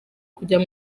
kugira